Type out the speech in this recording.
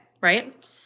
right